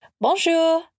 Bonjour